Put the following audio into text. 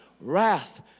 wrath